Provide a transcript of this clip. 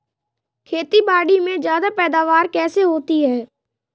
खेतीबाड़ी में ज्यादा पैदावार कैसे होती है?